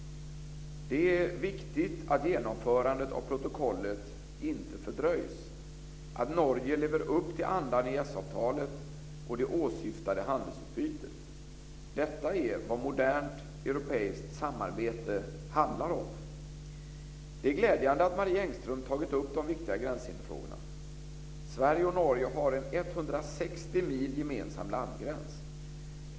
Det är viktigt att genomförandet av protokollet inte fördröjs, att Norge lever upp till andan i EES avtalet och det åsyftade handelsutbytet. Detta är vad modernt europeiskt samarbete handlar om. Det är glädjande att Marie Engström tagit upp de viktiga gränshinderfrågorna. Sverige och Norge har 160 mil gemensam landgräns.